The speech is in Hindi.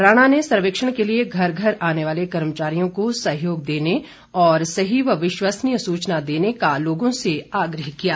राणा ने सर्वेक्षण के लिए घर घर आने वाले कर्मचारियों को सहयोग देने और सही व विश्वनीय सूचना देने का लोगों से आग्रह किया है